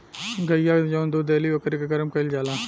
गइया जवन दूध देली ओकरे के गरम कईल जाला